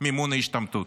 מימון ההשתמטות.